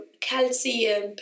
calcium